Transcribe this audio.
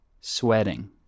sweating